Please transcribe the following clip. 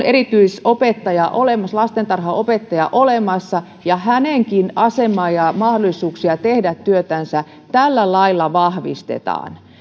erityisopettaja lastentarhanopettaja olemassa ja hänenkin asemaansa ja mahdollisuuksiaan tehdä työtänsä tällä lailla vahvistetaan